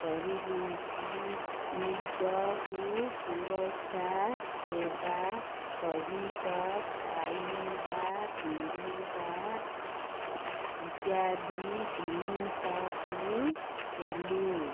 କରିଲୁ କି ନିଜକୁ ସୁରକ୍ଷା ହେବା ସହିତ ଖାଇବା ପିନ୍ଧିବା ଇତ୍ୟାଦି ଜିନିଷକୁ ହେଲୁ